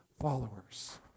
followers